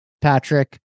patrick